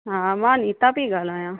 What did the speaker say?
हा मां नीता पई ॻाल्हायां